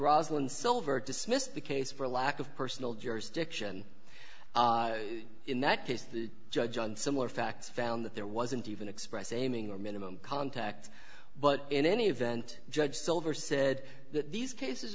rosalind silver dismissed the case for lack of personal jurisdiction in that case the judge on similar facts found that there wasn't even express aiming or minimum contact but in any event judge silver said that these cases